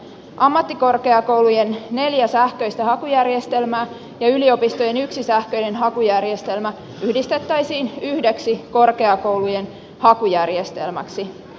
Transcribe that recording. ammattikorkeakoulujen neljä sähköistä hakujärjestelmää ja yliopistojen yksi sähköinen hakujärjestelmä yhdistettäisiin yhdeksi korkeakoulujen hakujärjestelmäksi